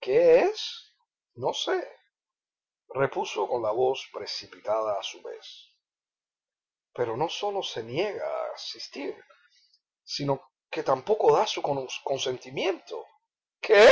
qué es no sé repuso con la voz precipitada a su vez pero no sólo se niega a asistir sino que tampoco da su consentimiento qué